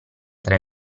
tra